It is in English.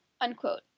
unquote